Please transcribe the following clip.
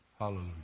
Hallelujah